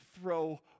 throw